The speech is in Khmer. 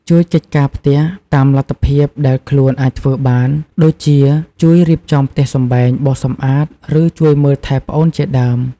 ជួយកិច្ចការផ្ទះ តាមលទ្ធភាពដែលខ្លួនអាចធ្វើបាន ដូចជាជួយរៀបចំផ្ទះសម្បែង បោសសំអាត ឬជួយមើលថែប្អូនជាដើម។